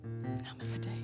namaste